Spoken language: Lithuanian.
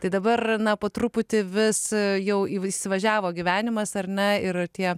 tai dabar na po truputį vis jau įsivažiavo gyvenimas ar na ir tie